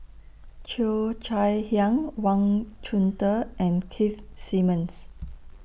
Cheo Chai Hiang Wang Chunde and Keith Simmons